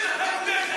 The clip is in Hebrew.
אדוני.